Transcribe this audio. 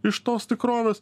iš tos tikrovės